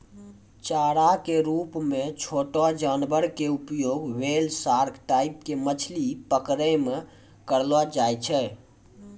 चारा के रूप मॅ छोटो जानवर के उपयोग व्हेल, सार्क टाइप के मछली पकड़ै मॅ करलो जाय छै